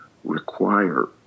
require